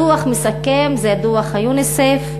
הדוח מסכם, זה דוח יוניסף,